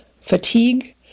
fatigue